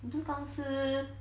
你不是刚刚吃